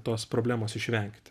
tos problemos išvengti